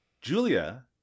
Julia